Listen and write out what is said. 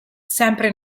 sempre